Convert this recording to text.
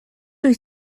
wyt